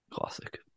Classic